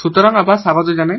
সুতরাং আবার স্বাগত জানাই